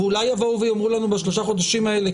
ואולי יבואו ויאמרו לנו בשלושה חודשים האלה: